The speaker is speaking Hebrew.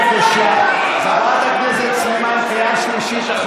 חברת הכנסת סלימאן, קריאה שלישית.